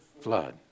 flood